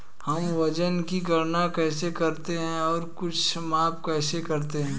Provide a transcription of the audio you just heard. हम वजन की गणना कैसे करते हैं और कुछ माप कैसे करते हैं?